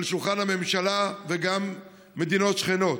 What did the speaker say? על שולחן הממשלה וגם במדינות שכנות.